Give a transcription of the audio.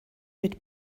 mit